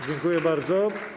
Dziękuję bardzo.